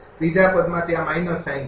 ત્રીજા પદમાં ત્યાં માઇનસ સાઇન છે